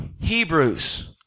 Hebrews